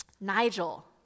Nigel